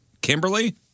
Kimberly